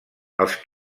els